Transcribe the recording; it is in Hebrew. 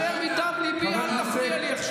אני מדבר מדם ליבי, אל תפריע לי עכשיו.